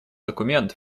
документ